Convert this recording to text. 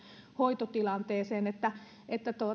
hoitotilanteeseen